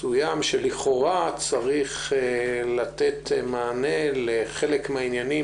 מסוים שלכאורה צריך לתת מענה לחלק מהעניינים